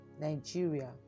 Nigeria